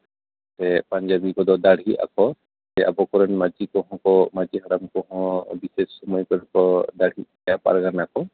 ᱥᱮ ᱯᱟᱧᱡᱟᱵᱤ ᱠᱚᱫᱚ ᱫᱟᱹᱲᱦᱤᱜ ᱟᱠᱚ ᱟᱵᱚᱨᱮᱱ ᱢᱟᱺᱡᱷᱤ ᱠᱚᱦᱚᱸ ᱠᱚ ᱢᱟᱺᱡᱷᱤ ᱦᱟᱲᱟᱢ ᱠᱚᱦᱚᱸ ᱵᱤᱥᱮᱥ ᱥᱚᱢᱚᱭ ᱠᱚᱨᱮ ᱫᱟᱹᱲᱦᱤᱜ ᱜᱮᱭᱟ ᱯᱟᱨᱜᱟᱱᱟᱠᱚ